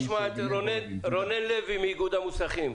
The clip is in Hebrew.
נשמע את רונן לוי מאיגוד המוסכים.